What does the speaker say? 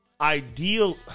ideal